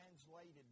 translated